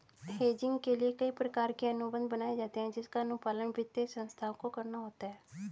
hedging के लिए कई प्रकार के अनुबंध बनाए जाते हैं जिसका अनुपालन वित्तीय संस्थाओं को करना होता है